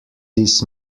this